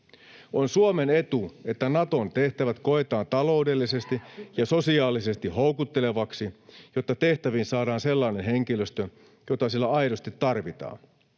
On Suomen etu, että Naton tehtävät koetaan taloudellisesti ja sosiaalisesti houkutteleviksi, jotta tehtäviin saadaan sellainen henkilöstö, jota siellä aidosti tarvitaan.